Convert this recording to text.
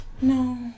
No